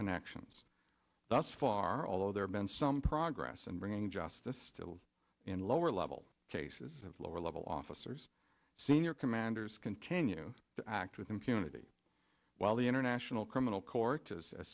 connections thus far although there have been some progress and bringing justice still in lower level cases of lower level officers senior commanders continue to act with impunity while the international criminal court